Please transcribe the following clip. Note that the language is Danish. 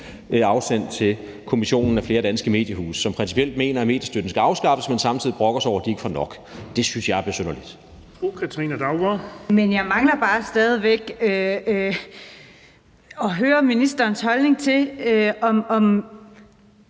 afsendt til Kommissionen af flere danske mediehuse, som principielt mener, at mediestøtten skal afskaffes, men som samtidig brokker sig over, at de ikke får nok. Det synes jeg er besynderligt. Kl. 16:08 Den fg. formand (Erling Bonnesen):